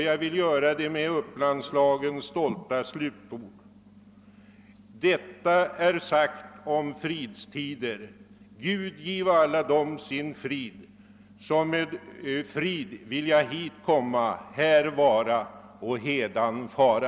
Så lyder Upplandslagens stolta slutord: »Detta är sagt om fridstider. Gud give alla dem sin frid, som med frid vilja hit komma, här vara och hädan fara.»